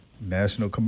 National